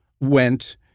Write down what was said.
went